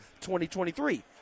2023